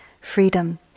Freedom